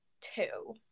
two